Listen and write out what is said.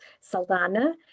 Saldana